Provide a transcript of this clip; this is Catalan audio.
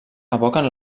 evoquen